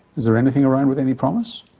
is there anything around with any promise?